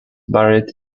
buried